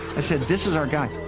i said, this is our guy.